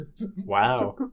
Wow